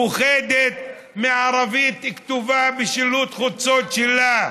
פוחדת מערבית כתובה בשילוט חוצות שלה.